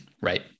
Right